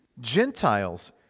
Gentiles